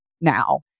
now